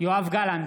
יואב גלנט,